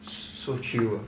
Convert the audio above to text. so chill ah